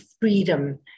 freedom